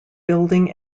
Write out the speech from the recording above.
building